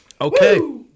Okay